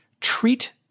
treat